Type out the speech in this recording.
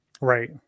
Right